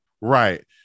Right